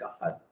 God